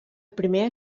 primer